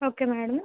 okay madam